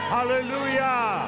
Hallelujah